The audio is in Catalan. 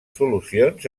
solucions